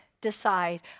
decide